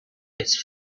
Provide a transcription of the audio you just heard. its